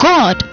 God